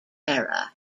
era